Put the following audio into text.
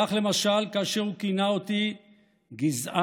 כך למשל כאשר כינה אותי "גזען,